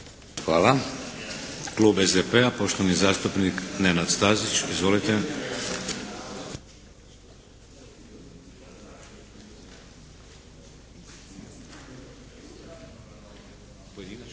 Hvala. Klub SDP-a, poštovani zastupnik Nenad Stazić. Izvolite. **Stazić,